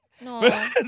no